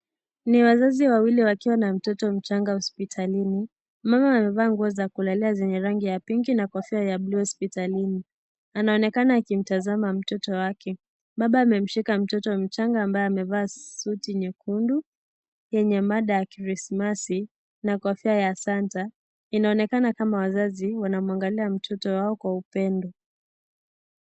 Ni wazazi wawili wakiwa na mtoto mchanga hospitalini, mama amevaa nguo za kulalia zenye rangi ya pinki na kofia bluu hospitalini anaonekana akimtazama mtoto wake, baba amemshika mtoto mchanga ambaye amevaa suti nyekundu, yenye mada ya krismasi na kofia ya santa inaonekana kama wazazi wanamwangalia mtoto wao kwa upendo.